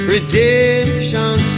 Redemption